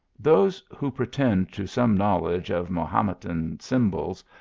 those who pretend to some knowledge of mahometan symbols,